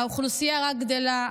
האוכלוסייה רק גדלה,